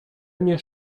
mnie